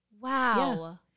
Wow